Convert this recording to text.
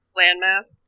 landmass